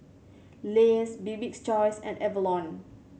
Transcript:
Lays Bibik's Choice and Avalon